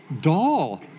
doll